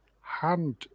hand